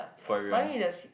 for everyone